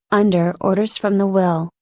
under orders from the will,